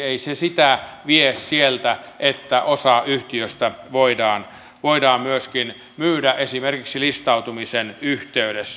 ei se sitä vie sieltä että osa yhtiöstä voidaan myöskin myydä esimerkiksi listautumisen yhteydessä